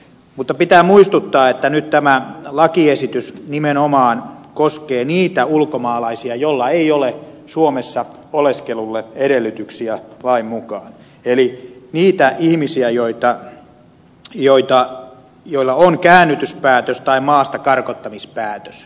mutta pitää muistuttaa että nyt tämä lakiesitys nimenomaan koskee niitä ulkomaalaisia joilla ei ole suomessa oleskelulle edellytyksiä lain mukaan eli niitä ihmisiä joilla on käännytyspäätös tai maastakarkottamispäätös